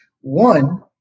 One